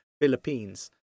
philippines